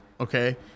okay